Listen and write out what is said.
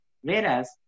whereas